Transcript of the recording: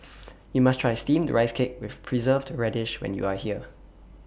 YOU must Try Steamed Rice Cake with Preserved Radish when YOU Are here